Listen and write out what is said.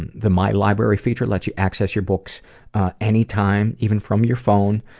and the my library feature lets you access your books anytime, even from your phone.